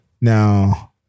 Now